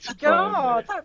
God